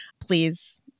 please